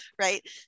right